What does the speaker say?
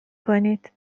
کنید